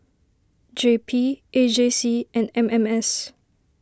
J P A J C and M M S